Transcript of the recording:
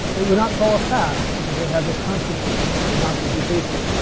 it would not fall as fast because we have this constant piece that would not be decreasing.